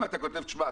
אם אתה כותב: תשמע,